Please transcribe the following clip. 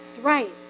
right